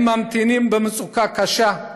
הם ממתינים במצוקה קשה.